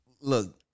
Look